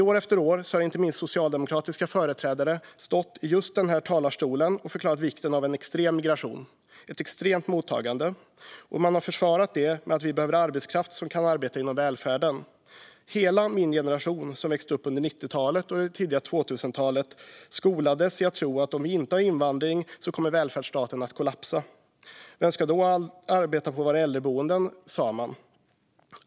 År efter år har inte minst socialdemokratiska företrädare stått i just denna talarstol och förklarat vikten av en extrem migration, ett extremt mottagande, och försvarat det med att vi behöver arbetskraft som kan arbeta inom välfärden. Alla vi som växte upp under 90-talet och det tidiga 2000-talet skolades att tro att utan invandring skulle välfärdsstaten kollapsa. Vem ska då arbeta på våra äldreboenden, sa man.